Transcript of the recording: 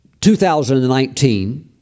2019